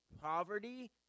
poverty